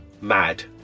mad